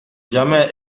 jamais